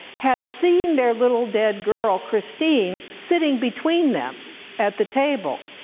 had seen their little dead girl, christine, sitting between them at the table.